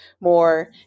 more